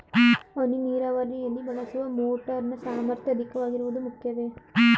ಹನಿ ನೀರಾವರಿಯಲ್ಲಿ ಬಳಸುವ ಮೋಟಾರ್ ನ ಸಾಮರ್ಥ್ಯ ಅಧಿಕವಾಗಿರುವುದು ಮುಖ್ಯವೇ?